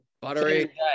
buttery